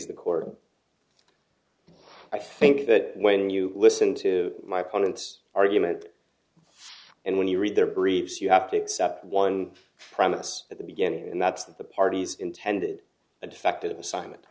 please the court i think that when you listen to my opponent's argument and when you read their briefs you have to accept one premise at the beginning and that's that the parties intended a defective assignment